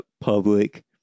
public